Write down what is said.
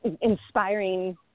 inspiring